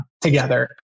together